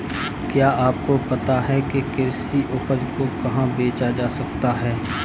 क्या आपको पता है कि कृषि उपज को कहाँ बेचा जा सकता है?